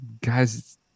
Guys